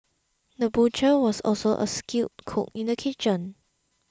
the butcher was also a skilled cook in the kitchen